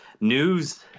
news